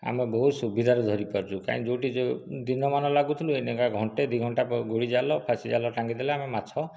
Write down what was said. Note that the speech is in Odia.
ଆମେ ବହୁତ ସୁବିଧାରେ ଧରିପାରୁଛୁ କାଇଁ ଯେଉଁଠି ଦିନମାନ ଲାଗୁଥିଲା ଏଇନେ ଏକା ଘଣ୍ଟାଏ ଦୁଇ ଘଣ୍ଟା ପରେ ଗୋଡ଼ି ଜାଲ ଫାଶୀ ଜାଲ ଟାଙ୍ଗିଦେଲେ ଆମେ ମାଛ